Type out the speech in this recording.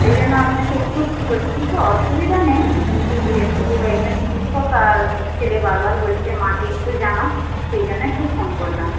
সেই জন্য আপনাকে একটু ফোন করছি কিছু অসুবিধা নেই কিন্তু যেহেতু একজন শিক্ষক আর ছেলে বারবার বলছে মাকে একটু জানাও সেই জন্যে একটু ফোন করলাম